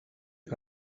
que